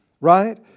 right